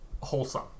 wholesome